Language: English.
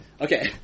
Okay